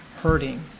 hurting